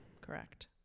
Correct